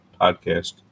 podcast